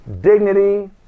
dignity